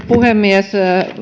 puhemies